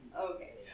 Okay